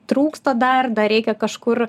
trūksta dar dar reikia kažkur